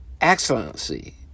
excellency